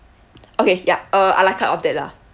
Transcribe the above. okay yup uh a la carte of that lah